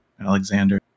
Alexander